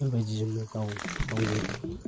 बेबादिजोंनो गाव गावनि